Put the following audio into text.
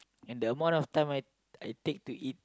and the amount of time I I take to eat